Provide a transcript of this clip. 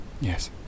yes